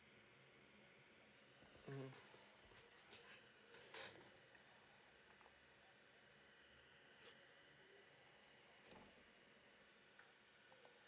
mmhmm